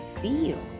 feel